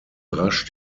rasch